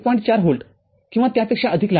४ volt किंवा त्यापेक्षा अधिक लागेल